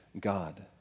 God